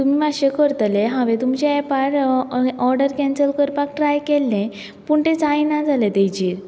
तुमी मातशे करतले हांवें तुमचे एपार हय ओर्डर केन्सल करपाक ट्राय केल्लें पूण तें जायना ताजेर